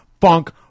funk